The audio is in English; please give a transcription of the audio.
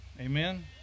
Amen